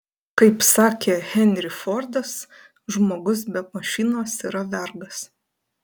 kaip sakė henry fordas žmogus be mašinos yra vergas